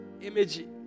image